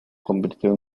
convirtió